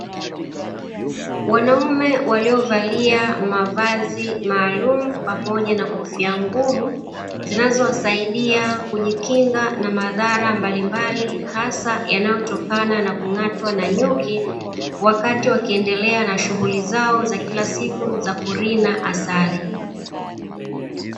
Wanaume waliovalia mavazi maalumu pamoja na kofia ngumu, zinazowasaidia kujikinga na madhara mbalimbali hasa yanayotokana na kung'atwa na nyuki, wakati wakiendelea na shughuli zao za kila siku za kurina asali.